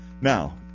now